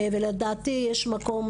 לדעתי יש מקום